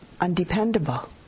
undependable